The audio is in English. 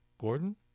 Gordon